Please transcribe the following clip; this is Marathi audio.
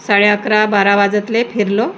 साडे अकरा बारा वाजतले फिरलो